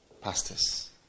pastors